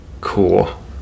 cool